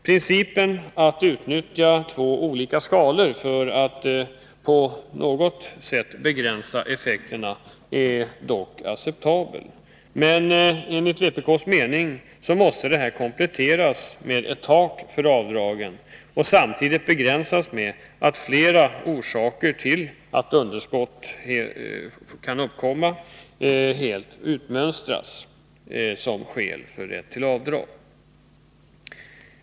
Principen att utnyttja två olika skalor för att på något sätt begränsa effekterna är dock acceptabel, men det här måste enligt vpk:s mening kompletteras med ett tak för avdragen och samtidigt begränsas med att flera orsaker till underskott helt utmönstras som skäl för rätt till avdrag.